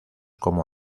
como